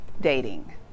dating